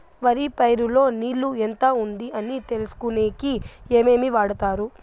వరి పైరు లో నీళ్లు ఎంత ఉంది అని తెలుసుకునేకి ఏమేమి వాడతారు?